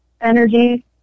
energy